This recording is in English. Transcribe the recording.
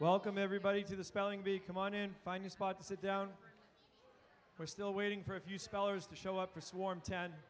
welcome everybody to the spelling bee come on in find a spot to sit down we're still waiting for a few scholars to show up for swarm ten